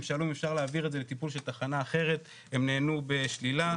הם שאלו אם אפשר להעביר את זה לטיפול של תחנה אחרת והם נענו בשלילה.